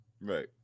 Right